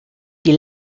die